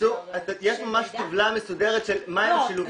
יש ממש טבלה מסודרת של מה הם השילובים --- לא,